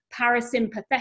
parasympathetic